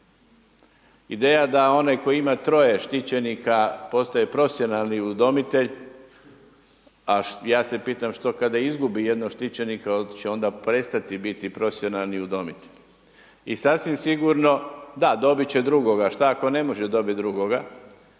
Ideja da onaj tko ima troje štićenika, postaje profesionalni udomitelj, a ja se pitam što kada izgubi jednog štićenika, hoće li onda prestati biti profesionalni udomitelj? I sasvim sigurno, da dobit će drugoga, šta ako ne može dobiti drugoga?